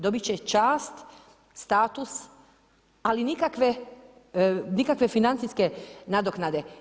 Dobiti će čast, status, ali nikakve financijske nadoknade.